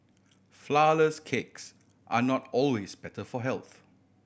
flourless cakes are not always better for health